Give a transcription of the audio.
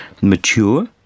mature